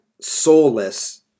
soulless